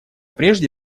прежде